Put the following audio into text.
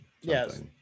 yes